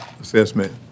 assessment